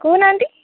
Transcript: କହୁ ନାହାଁନ୍ତି